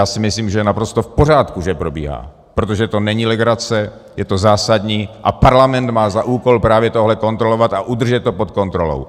Já si myslím, že je naprosto v pořádku, že probíhá, protože to není legrace, je to zásadní a Parlament má za úkol právě tohle kontrolovat a udržet to pod kontrolou.